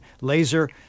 laser